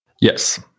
Yes